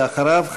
ואחריו,